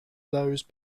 those